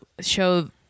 show